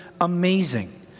Amazing